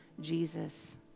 Jesus